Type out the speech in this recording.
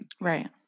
right